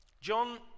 John